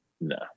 No